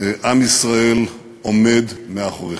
עם ישראל עומד מאחוריכם.